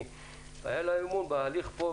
כי היה לו אמון בהליך פה,